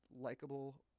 likable